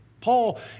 Paul